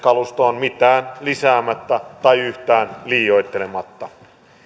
kalustoon mitään lisäämättä tai yhtään liioittelematta